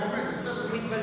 התשפ"ג 2023,